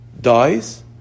dies